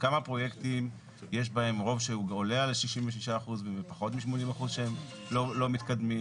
כמה פרויקטים יש בהם רוב שהוא עולה על 66% ופחות מ-80% שהם לא מתקדמים?